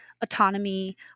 autonomy